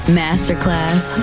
masterclass